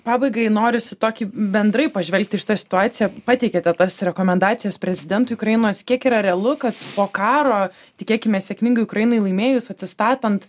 pabaigai norisi tokį bendrai pažvelgti į šitą situaciją pateikiate tas rekomendacijas prezidentui ukrainos kiek yra realu kad po karo tikėkimės sėkmingai ukrainai laimėjus atsistatant